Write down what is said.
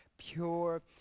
pure